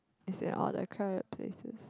is in all the crap places